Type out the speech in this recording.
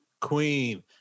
Queen